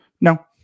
No